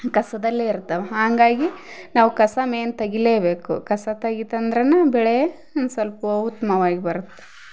ಕಸದಲ್ಲೆ ಇರ್ತಾವು ಹಂಗಾಗಿ ನಾವು ಕಸ ಮೇನ್ ತೆಗಿಲೇಬೇಕು ಕಸ ತೆಗಿತಂದರನ ಬೆಳೆ ಒಂದು ಸಲ್ಪ ಉತ್ತಮವಾಗಿ ಬರುತ್ತೆ